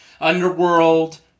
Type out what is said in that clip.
Underworld